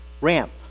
ramp